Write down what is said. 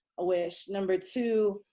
a wish. number two.